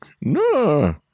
No